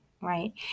right